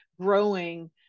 growing